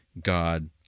God